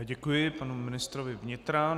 Děkuji panu ministrovi vnitra.